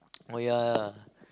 oh yeah yeah yeah